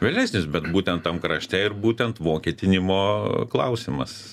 vėlesnis bet būtent tam krašte ir būtent vokietinimo klausimas